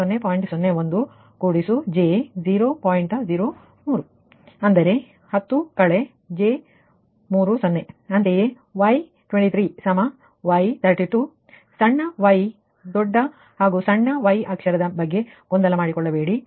03ಅಂದರೆ 10−j30 ಅಂತೆಯೇ y23 y32 ಸಣ್ಣ y ದೊಡ್ಡ ಹಾಗೂ ಸಣ್ಣ y ಅಕ್ಷರದ ಬಗ್ಗೆ ಗೊಂದಲ ಮಾಡಿಕೊಳ್ಳಬೇಡಿ